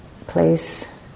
place